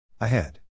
ahead